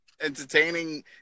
entertaining